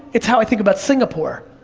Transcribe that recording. it's how i think about singapore.